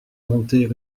monter